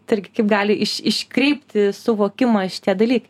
tai irgi kaip gali iš iškreipti suvokimą šitie dalykai